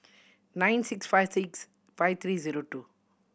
nine six five six five three zero two